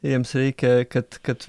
jiems reikia kad kad